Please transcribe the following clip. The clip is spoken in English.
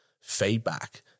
feedback